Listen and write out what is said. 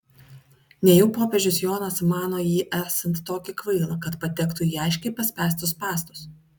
nejau popiežius jonas mano jį esant tokį kvailą kad patektų į aiškiai paspęstus spąstus